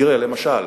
תראה, למשל,